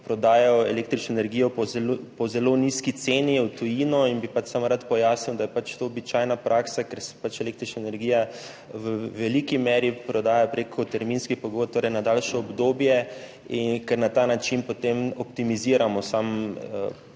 prodajal električno energijo v tujino po zelo nizki ceni in bi pač samo rad pojasnil, da je to običajna praksa, ker se električna energija v veliki meri prodaja prek terminskih pogodb, torej na daljše obdobje, in ker na ta način potem optimiziramo sam